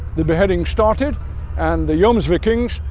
the beheading started and the jomsvikings,